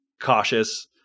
cautious